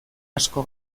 asko